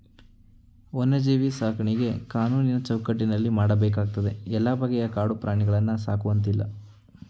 ವನ್ಯಜೀವಿ ಸಾಕಾಣಿಕೆ ಕಾನೂನಿನ ಚೌಕಟ್ಟಿನಲ್ಲಿ ಮಾಡಬೇಕಾಗ್ತದೆ ಎಲ್ಲ ಬಗೆಯ ಕಾಡು ಪ್ರಾಣಿಗಳನ್ನು ಸಾಕುವಂತಿಲ್ಲ